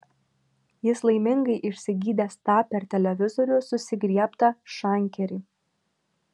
jis laimingai išsigydęs tą per televizorių susigriebtą šankerį